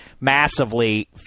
massively